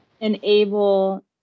enable